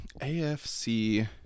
AFC